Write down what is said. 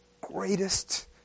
greatest